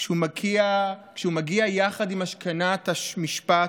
כשהוא מגיע יחד עם השכנת המשפט,